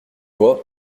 vois